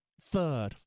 third